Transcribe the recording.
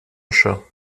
chat